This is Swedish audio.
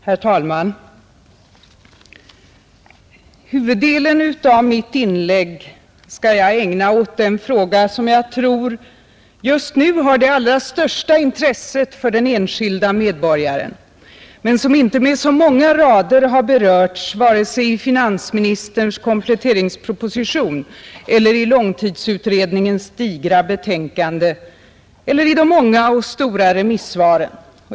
Herr talman! Huvuddelen av mitt inlägg skall jag ägna åt den fråga som just nu har det allra största intresset för den enskilde medborgaren men som inte med så många rader har berörts vare sig i finansministerns kompletteringsproposition, i långtidsutredningens digra betänkande eller i de många och stora remissvaren.